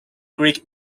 greek